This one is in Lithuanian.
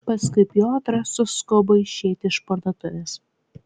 paskui piotras suskubo išeiti iš parduotuvės